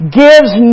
gives